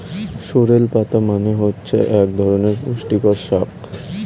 sorrel পাতা মানে হচ্ছে এক ধরনের পুষ্টিকর শাক